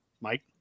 Mike